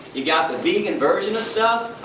you've got the vegan version of stuff,